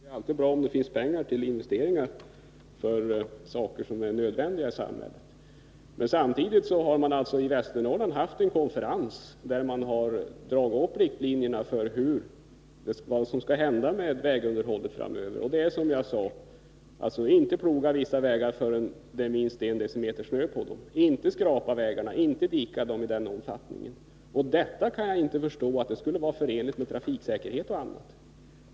Herr talman! Det är klart att det alltid är bra om det finns pengar till investeringar för saker som är nödvändiga i samhället. Men samtidigt har man alltså i Västernorrlands län haft en konferens där man har dragit upp riktlinjerna för vad som skall hända med vägunderhållet framöver. Det är som jag sade: Man ämnar inte ploga vissa vägar förrän det är minst I dm snö på dem, inte skrapa vägarna, inte dika dem i samma omfattning. Jag kan inte förstå att detta skulle vara förenligt med trafiksäkerhet.